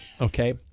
Okay